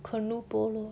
canoe polo